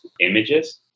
images